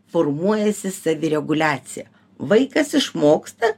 formuojasi savireguliacia vaikas išmoksta